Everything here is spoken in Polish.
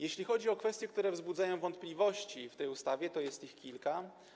Jeśli chodzi o kwestie, które wzbudzają wątpliwości w tej ustawie, to jest ich kilka.